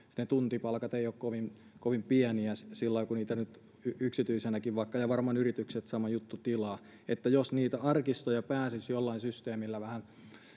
ne tuntipalkat eivät ole kovin pieniä sillä lailla kun niitä nyt vaikka yksityisenäkin tilaa ja varmaan yrityksillä on sama juttu jos niitä arkistoja pääsisi jollain systeemillä vähän